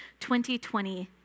2020